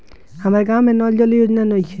हमारा गाँव मे नल जल योजना नइखे?